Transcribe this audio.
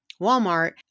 Walmart